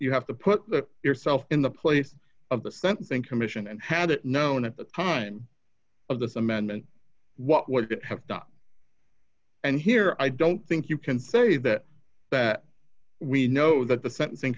you have to put yourself in the place of the sentencing commission and had it known at the time of this amendment what would that have done and here i don't think you can say that that we know that the sentencing